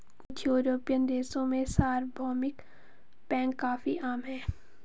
कुछ युरोपियन देशों में सार्वभौमिक बैंक काफी आम हैं